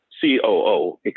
COO